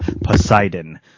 Poseidon